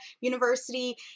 University